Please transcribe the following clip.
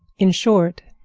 in short,